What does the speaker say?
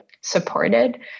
supported